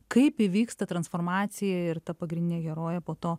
kaip įvyksta transformacija ir ta pagrindinė herojė po to